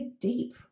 deep